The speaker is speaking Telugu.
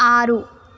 ఆరు